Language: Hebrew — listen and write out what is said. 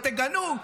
ותגנו,